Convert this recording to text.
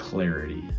Clarity